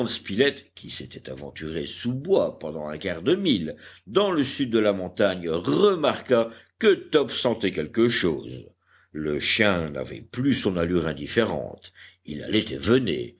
spilett qui s'était aventuré sous bois pendant un quart de mille dans le sud de la montagne remarqua que top sentait quelque chose le chien n'avait plus son allure indifférente il allait et venait